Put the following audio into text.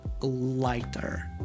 lighter